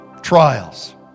Trials